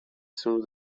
through